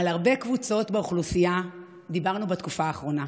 על הרבה קבוצות באוכלוסייה דיברנו בתקופה האחרונה,